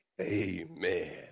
Amen